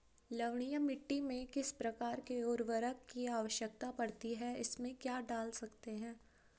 लवणीय मिट्टी में किस प्रकार के उर्वरक की आवश्यकता पड़ती है इसमें क्या डाल सकते हैं?